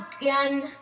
again